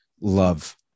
love